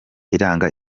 iranga